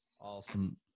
Awesome